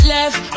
Left